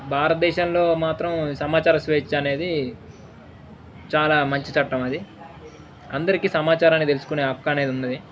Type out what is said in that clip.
భారతదేశంలో మాత్రం సమాచార స్వేచ్ అనేది చాలా మంచి చట్టం అది అందరికీ సమాచారాన్ని తెలుసుకునే హక్కు అనేది ఉన్నాది